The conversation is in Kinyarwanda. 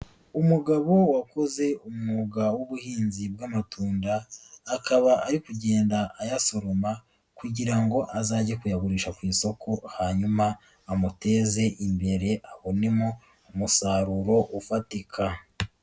Umugabo wakoze umwuga w'ubuhinzi bw'amatunda, akaba ari kugenda ayasoroma kugira ngo azage kuyagurisha ku isoko hanyuma amuteze imbere abonemo umusaruro ufatika.